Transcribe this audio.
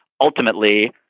ultimately